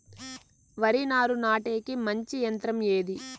వరి నారు నాటేకి మంచి యంత్రం ఏది?